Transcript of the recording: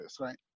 right